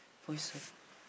for his